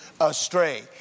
astray